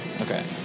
Okay